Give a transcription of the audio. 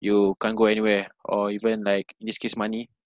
you can't go anywhere ah or even like in this case money